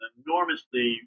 enormously